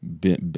bit